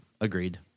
agreed